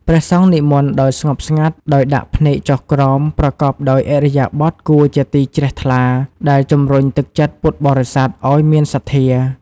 ព្រះសង្ឃនិមន្តដោយស្ងប់ស្ងៀម ដោយដាក់ភ្នែកចុះក្រោម ប្រកបដោយឥរិយាបថគួរជាទីជ្រះថ្លា ដែលជំរុញទឹកចិត្តពុទ្ធបរិស័ទឲ្យមានសទ្ធា។